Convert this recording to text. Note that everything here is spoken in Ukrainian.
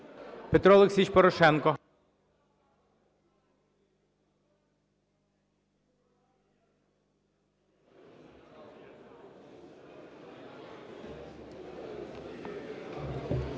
Петро Олексійович Порошенко.